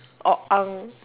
or aang